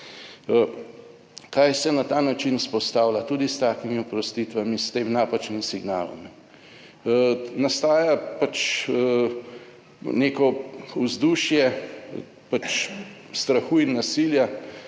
Kaj se na ta način vzpostavlja, tudi s takimi oprostitvami, s tem napačnim signalom. Nastaja pač neko vzdušje pač strahu in nasilja,